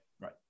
right